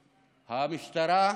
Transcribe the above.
המשטרה,